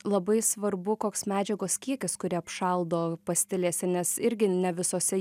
labai svarbu koks medžiagos kiekis kurį apšaudo pastilėse nes irgi ne visose